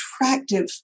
attractive